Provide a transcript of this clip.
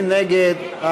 מי נגד?